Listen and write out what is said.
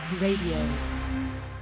Radio